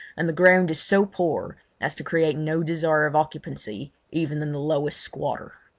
and the ground is so poor as to create no desire of occupancy even in the lowest squatter.